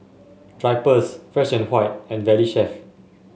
Drypers Fresh and and Valley Chef